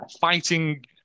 fighting